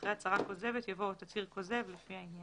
אחרי "הצהרה כוזבת" יבוא "או תצהיר כוזב לפי העניין".